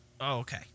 okay